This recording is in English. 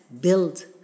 build